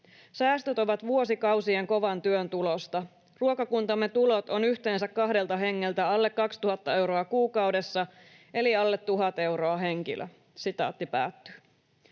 Säästöt ovat vuosikausien kovan työn tulosta. Ruokakuntamme tulot ovat yhteensä kahdelta hengeltä alle 2 000 euroa kuukaudessa eli alle 1 000 euroa henkilöltä.”